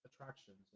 attractions